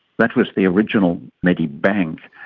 that was the original medibank.